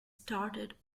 started